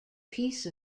piece